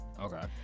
Okay